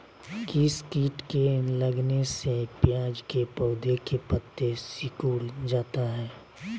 किस किट के लगने से प्याज के पौधे के पत्ते सिकुड़ जाता है?